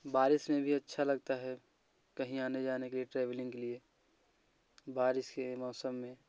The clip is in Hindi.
बारिश में भी अच्छा लगता है कहीं आने जाने के लिए ट्रैवलिंग के लिए बारिश के मौसम में